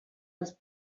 els